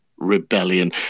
rebellion